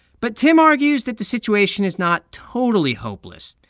but tim argues that the situation is not totally hopeless.